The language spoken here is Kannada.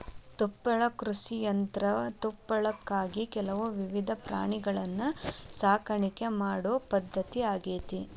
ತುಪ್ಪಳ ಕೃಷಿಯಂದ್ರ ತುಪ್ಪಳಕ್ಕಾಗಿ ಕೆಲವು ವಿಧದ ಪ್ರಾಣಿಗಳನ್ನ ಸಾಕಾಣಿಕೆ ಮಾಡೋ ಪದ್ಧತಿ ಆಗೇತಿ